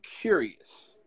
curious